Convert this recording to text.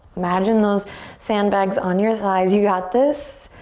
imagine those sandbags on your thighs. you got this.